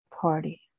party